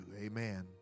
Amen